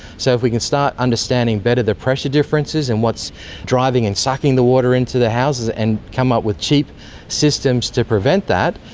so if can start understanding better the pressure differences and what's driving and sucking the water into the houses, and come up with cheap systems to prevent that,